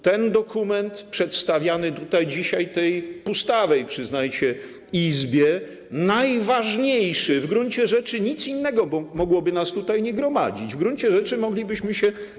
Ten dokument, przedstawiany tutaj dzisiaj w tej pustawej, przyznajcie, Izbie, najważniejszy, w gruncie rzeczy nic innego mogłoby nas tutaj nie gromadzić, w gruncie rzeczy moglibyśmy się.